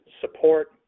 support